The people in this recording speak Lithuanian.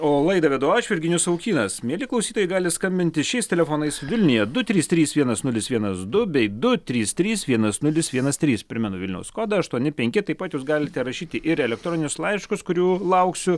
o laidą vedu aš virginijus savukynas mieli klausytojai gali skambinti šiais telefonais vilniuje du trys trys vienas nulis vienas du bei du trys trys vienas nulis vienas trys primenu vilniaus kodą aštuoni penki taip pat jūs galite rašyti ir elektroninius laiškus kurių lauksiu